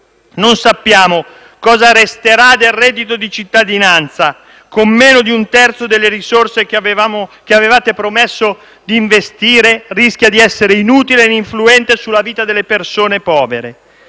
Non sappiamo cosa resterà del reddito di cittadinanza. Con meno di un terzo delle risorse che avevate promesso di investire, rischia di essere inutile e ininfluente sulla vita delle persone povere.